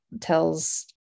tells